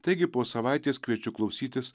taigi po savaitės kviečiu klausytis